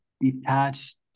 detached